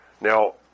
Now